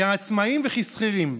כעצמאים וכשכירים,